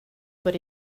but